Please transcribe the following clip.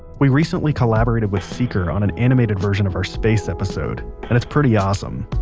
we recently collaborated with seeker on an animated version of our space episode, and it's pretty awesome.